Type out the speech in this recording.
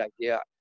idea